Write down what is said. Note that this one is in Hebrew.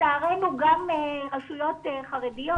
לצערנו גם רשויות חרדיות,